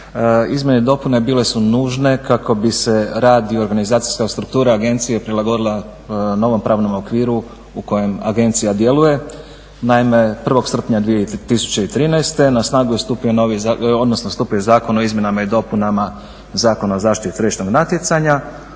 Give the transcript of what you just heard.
Izmjene i dopune bile su nužne kako bi se rad i organizacijska struktura agencija prilagodila novog pravnom okviru u kojem agencija djeluje. Naime, 1. srpnja 2013. na snagu je stupio novi, odnosno stupio je Zakon o izmjenama i dopunama Zakona o zaštiti tržišnog natjecanja,